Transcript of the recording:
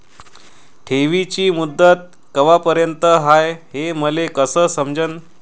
ठेवीची मुदत कवापर्यंत हाय हे मले कस समजन?